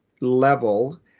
level